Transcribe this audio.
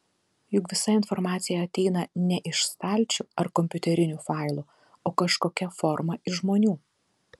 juk visa informacija ateina ne iš stalčių ar kompiuterinių failų o kažkokia forma iš žmonių